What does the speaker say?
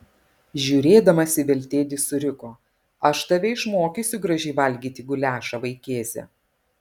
žiūrėdamas į veltėdį suriko aš tave išmokysiu gražiai valgyti guliašą vaikėze